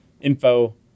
info